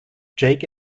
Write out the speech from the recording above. jake